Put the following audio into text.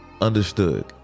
Understood